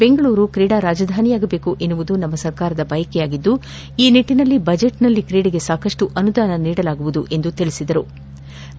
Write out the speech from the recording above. ಬೆಂಗಳೂರು ಕ್ರೀಡಾ ರಾಜಧಾನಿಯಾಗಬೇಕು ಎಂಬುದು ನಮ್ನ ಸರಕಾರದ ಬಯಕೆಯಾಗಿದ್ದು ಈ ನಿಟ್ಟನಲ್ಲಿ ಬಜೆಟ್ನಲ್ಲಿ ಕ್ರೀಡೆಗೆ ಸಾಕಷ್ಟು ಅನುದಾನ ನೀಡಲಾಗುವುದು ಎಂದು ತಿಳಿಬದರು